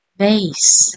base